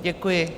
Děkuji.